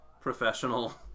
professional